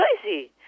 Crazy